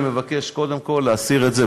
אני מבקש קודם כול להסיר את זה,